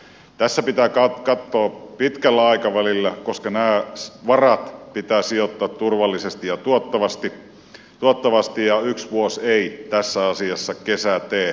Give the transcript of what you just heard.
tässä pitää katsoa pitkällä aikavälillä koska nämä varat pitää sijoittaa turvallisesti ja tuottavasti ja yksi vuosi ei tässä asiassa kesää tee